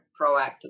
proactively